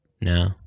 No